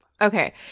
okay